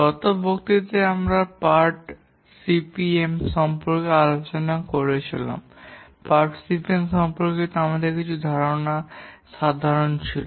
গত বক্তৃতায় আমরা পার্ট সিপিএম সম্পর্কে আলোচনা করছিলাম পার্ট সিপিএম সম্পর্কিত আমাদের কিছু সাধারণ ধারণা ছিল